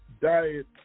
diet